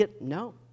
no